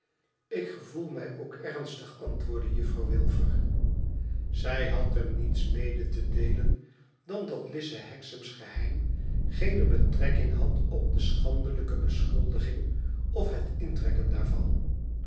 jk gevoel mij ook ernstig antwoordde juffrouw wilfer zij had hem niets mede te deelen dan dat lize hexam's geheim geenc betrekking had op de schandelijke beschuldiging of het intrekken daarvan